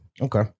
Okay